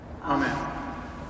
Amen